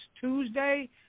Tuesday